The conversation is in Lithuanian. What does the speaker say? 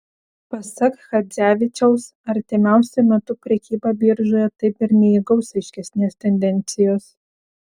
pasak chadzevičiaus artimiausiu metu prekyba biržoje taip ir neįgaus aiškesnės tendencijos